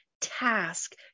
task